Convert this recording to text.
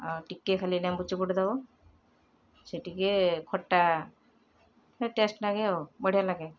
ଆଉ ଟିକେ ଖାଲି ଲେମ୍ବୁ ଚିପୁଡ଼ି ଦବ ସେ ଟିକେ ଖଟା ଟେଷ୍ଟ ନାଗେ ଆଉ ବଢ଼ିଆ ଲାଗେ